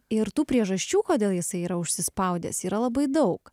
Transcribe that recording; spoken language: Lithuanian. ir tų priežasčių kodėl jisai yra užsispaudęs yra labai daug